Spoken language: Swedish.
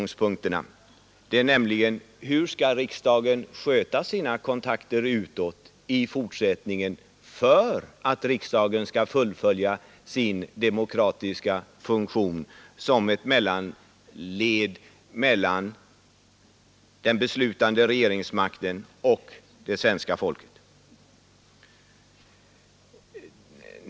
Hur skall t.ex. riksdagen sköta sina kontakter utåt i fortsättningen för att riksdagen skall fullfölja sin demokratiska funktion som ett mellanled mellan den beslutande regeringsmakten och svenska folket?